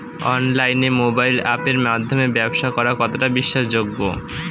অনলাইনে মোবাইল আপের মাধ্যমে ব্যাবসা করা কতটা বিশ্বাসযোগ্য?